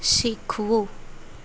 શીખવું